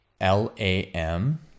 L-A-M